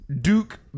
Duke